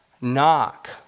knock